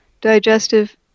digestive